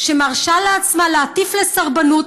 שמרשה לעצמה להטיף לסרבנות,